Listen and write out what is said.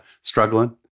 struggling